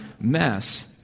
mess